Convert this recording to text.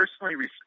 personally